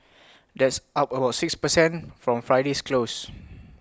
that's up about six per cent from Friday's close